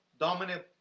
dominant